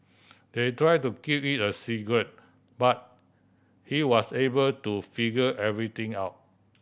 they tried to keep it a secret but he was able to figure everything out